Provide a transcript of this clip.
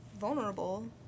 vulnerable